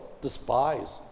despise